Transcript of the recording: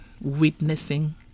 witnessing